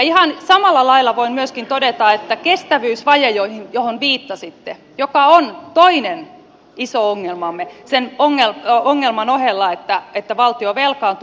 ihan samalla lailla voin myöskin todeta että kestävyysvaje johon viittasitte on toinen iso ongelmamme sen ongelman ohella että valtio velkaantuu